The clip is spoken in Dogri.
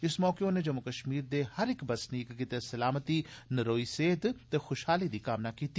इस मौके उनें जम्मू कश्मीर दे हर इक बसनीक गित्तै सलामती नरोई सेहत ते खुशहाली दी कामना कीती